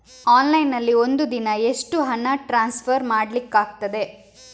Online ನಲ್ಲಿ ಒಂದು ದಿನ ಎಷ್ಟು ಹಣ ಟ್ರಾನ್ಸ್ಫರ್ ಮಾಡ್ಲಿಕ್ಕಾಗ್ತದೆ?